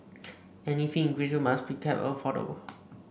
any fee increase must be kept affordable